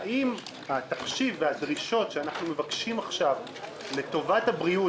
האם התחשיב והדרישות שאנחנו מבקשים עכשיו לטובת הבריאות,